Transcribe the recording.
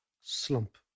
slump